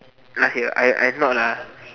last year I I'm not lah